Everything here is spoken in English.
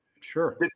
Sure